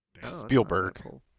Spielberg